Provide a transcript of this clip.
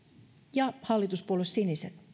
ja hallituspuolue siniset